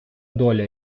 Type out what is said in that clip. доля